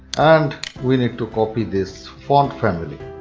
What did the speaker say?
and we need to copy this font-family.